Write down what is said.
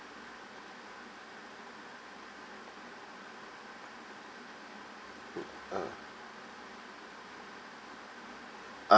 ah